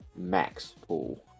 MAXPOOL